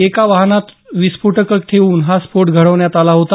एका वाहनात विस्फोटकं ठेऊन हा स्फोट घडवण्यात आला होता